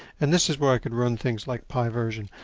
and this is where i could run things like piversion.